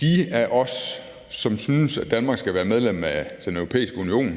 de af os, som synes, at Danmark skal være medlem af Den Europæiske Union,